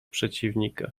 przeciwnika